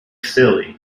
silly